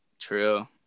True